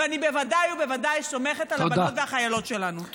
ואני בוודאי ובוודאי סומכת על הבנות והחיילות שלנו.